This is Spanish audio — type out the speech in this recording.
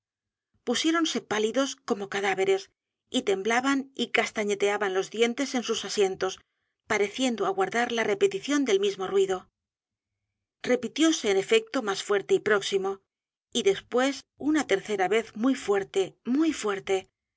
terror pusiéronse pálidos como cadáveres y temblaban y castañeteaban los dientes en sus asientos pareciendo aguardar la repetición del mismo ruido repitióse en efecto más fuerte y próximo y después una tercera vez muy fuerte muy fuerte